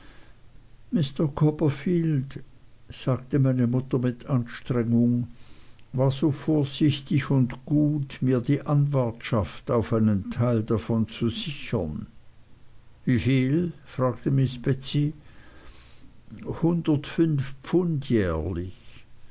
mr copperfield sagte meine mutter mit anstrengung war so vorsichtig und gut mir die anwartschaft auf einen teil davon zu sichern wieviel fragte miß betsey hundertundfünf pfund jährlich